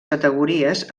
categories